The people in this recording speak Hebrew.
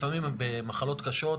לפעמים במחלות קשות,